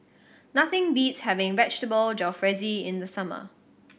nothing beats having Vegetable Jalfrezi in the summer